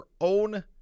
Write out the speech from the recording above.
own